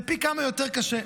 זה פי כמה יותר קשה.